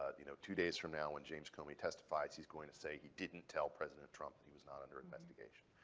ah you know, two days from now when james comey testifies, he's going to say he didn't tell president trump he was not under investigation.